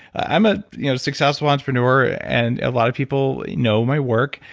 i'm a you know successful entrepreneur and a lot of people know my work,